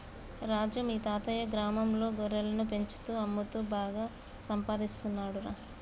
రాజు మీ తాతయ్యా గ్రామంలో గొర్రెలను పెంచుతూ అమ్ముతూ బాగా సంపాదిస్తున్నాడురా